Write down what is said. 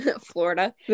florida